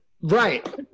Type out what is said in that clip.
right